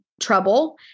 trouble